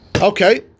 Okay